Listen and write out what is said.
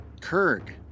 Kirk